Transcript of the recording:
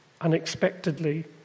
Unexpectedly